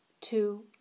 two